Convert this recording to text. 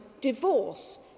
divorce